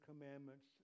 commandments